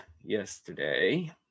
yesterday